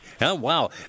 Wow